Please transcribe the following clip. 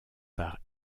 par